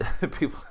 people